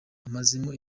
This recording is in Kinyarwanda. amazemo